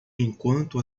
enquanto